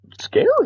scary